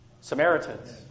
Samaritans